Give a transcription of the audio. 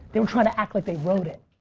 they were trying to act like they wrote it.